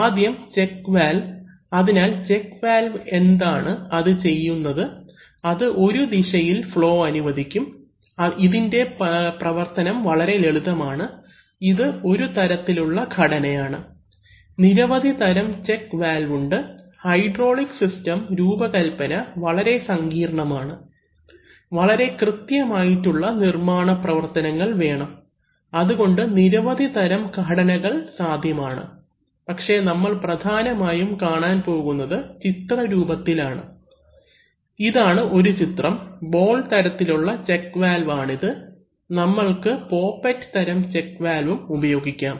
ആദ്യം check valve അതിനാൽ check valve എന്താണ് അത് ചെയ്യുന്നത് അത് ഒരു ദിശയിൽ ഫ്ളോ അനുവദിക്കും ഇതിൻറെ പ്രവർത്തനം വളരെ ലളിതമാണ് ഇത് ഒരു തരത്തിലുള്ള ഘടനയാണ് നിരവധി തരം ചെക്ക് വാൽവ് ഉണ്ട് ഹൈഡ്രോളിക് സിസ്റ്റം മെക്കാനിക്കൽ രൂപകല്പന വളരെ സങ്കീർണമാണ് വളരെ കൃത്യം ആയിട്ടുള്ള നിർമ്മാണപ്രവർത്തനങ്ങൾ വേണം അതുകൊണ്ട് നിരവധി തരം ഘടനകൾ സാധ്യമാണ് പക്ഷേ നമ്മൾ പ്രധാനമായും കാണാൻ പോകുന്നത് ചിത്ര രൂപത്തിൽ ആണ് ഇതാണ് ഒരു ചിത്രം ബോൾ തരത്തിലുള്ള ചെക്ക് വാൽവ് ആണിത് നമ്മൾക്ക് പോപ്പെറ്റ് തരം ചെക്ക് വാൽവും ഉപയോഗിക്കാം